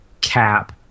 cap